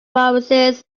viruses